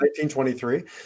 1923